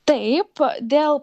taip dėl